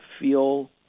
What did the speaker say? feel